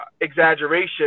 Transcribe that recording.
exaggeration